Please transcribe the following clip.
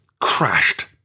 crashed